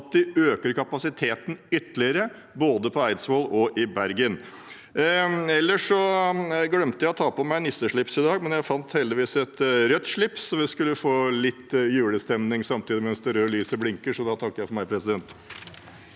å øke kapasiteten ytterligere både på Eidsvoll og i Bergen. Jeg glemte å ta på meg nisseslipset i dag, men jeg fant heldigvis et rødt slips, slik at vi skulle få litt julestem ning samtidig som det røde lyset blinker, og da takker jeg for meg. Ivar B.